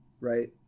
right